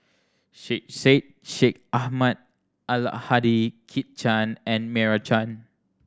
Syed Sheikh Syed Ahmad Al Hadi Kit Chan and Meira Chand